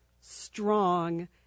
strong